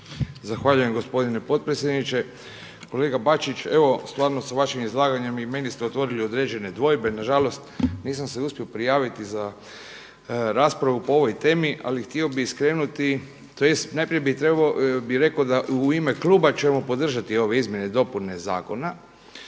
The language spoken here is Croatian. Zahvaljujem gospodine potpredsjedniče. Kolega Bačić, evo stvarno sa vašim izlaganjem i meni ste otvorili određene dvojbe, nažalost nisam se uspio prijaviti za raspravu po ovoj temi ali htio bih skrenuti, najprije bih rekao da u ime kluba ćemo podržati ove izmjene i dopune zakona